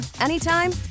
anytime